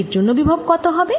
এর জন্য বিভব কত হবে